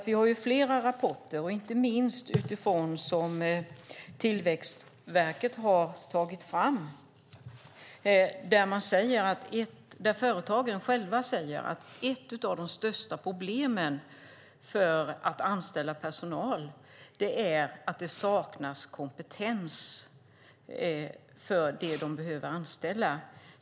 Vi har fått flera rapporter, inte minst de som Tillväxtverket har tagit fram, där företagen själva säger att ett av de största problemen med att anställa personal är att det saknas kompetens hos dem som de behöver anställa.